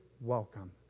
welcome